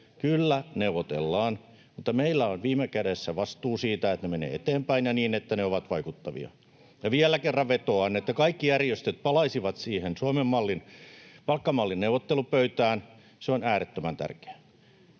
Kyllä neuvotellaan. Mutta meillä on viime kädessä vastuu siitä, että ne menevät eteenpäin ja niin, että ne ovat vaikuttavia. [Eveliina Heinäluoma: Lopputulos on jo päätetty!] Ja vielä kerran vetoan, että kaikki järjestöt palaisivat siihen Suomen palkkamallin neuvottelupöytään. Se on äärettömän tärkeää.